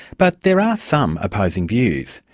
but there are some opposing views.